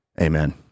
amen